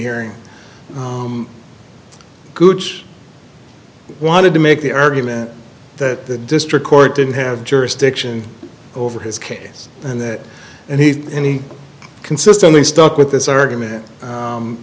i wanted to make the argument that the district court didn't have jurisdiction over his case and that and he any consistently stuck with this argument